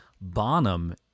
Bonham